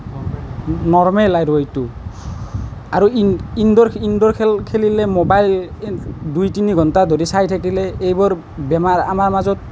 normal আৰু এইটো আৰু ইন ইনডোৰ ইনডোৰ খেল খেলিলে মোবাইল দুই তিনি ঘণ্টা ধৰি চাই থাকিলে এইবোৰ বেমাৰ আমাৰ মাজত